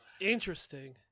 Interesting